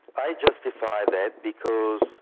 i justify that because